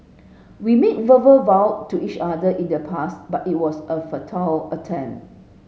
we made verbal vow to each other in the past but it was a futile attempt